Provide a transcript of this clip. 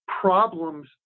problems